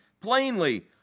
plainly